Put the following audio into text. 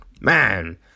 Man